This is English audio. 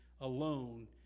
alone